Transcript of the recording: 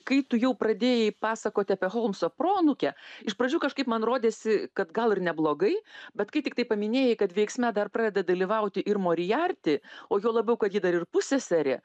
kai tu jau pradėjai pasakot apie holmso proanūkę iš pradžių kažkaip man rodėsi kad gal ir neblogai bet kai tiktai paminėjai kad veiksme dar pradeda dalyvauti ir moriarti o juo labiau kad ji dar ir pusseserė